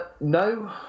no